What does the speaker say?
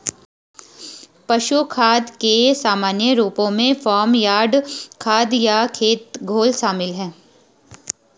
पशु खाद के सामान्य रूपों में फार्म यार्ड खाद या खेत घोल शामिल हैं